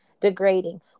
degrading